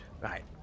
right